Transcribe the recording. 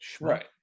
Right